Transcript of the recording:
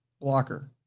blocker